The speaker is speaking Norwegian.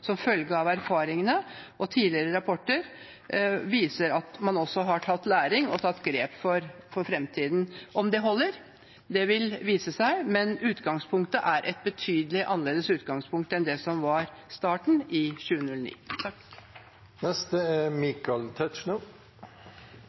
som følge av erfaringene og tidligere rapporter, viser at man har tatt læring og har tatt grep for framtiden. Om det holder, vil vise seg, men utgangspunktet er betydelig annerledes enn det som var starten i 2009. Det er